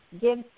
give